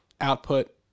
output